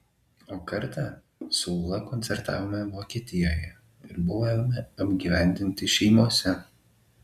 o kartą su ūla koncertavome vokietijoje ir buvome apgyvendinti šeimose